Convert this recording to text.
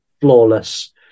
flawless